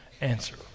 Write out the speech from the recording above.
answer